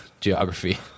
geography